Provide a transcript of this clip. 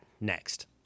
next